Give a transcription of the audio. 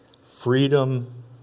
freedom